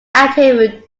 active